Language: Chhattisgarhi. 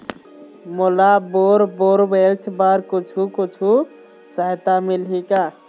मोला बोर बोरवेल्स बर कुछू कछु सहायता मिलही का?